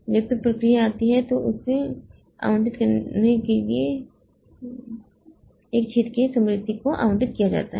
जब एक प्रक्रिया आती है तो इसे समायोजित करने के लिए एक छेद से स्मृति को आवंटित किया जाता है